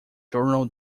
journal